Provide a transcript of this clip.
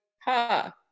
ha